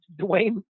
Dwayne